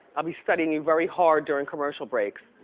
i'll be studying you very hard during commercial breaks,